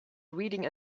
reading